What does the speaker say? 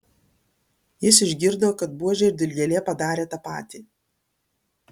jis išgirdo kad buožė ir dilgėlė padarė tą patį